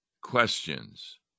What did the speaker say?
questions